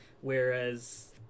Whereas